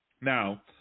Now